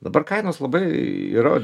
dabar kainos labai yra